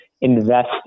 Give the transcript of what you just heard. invest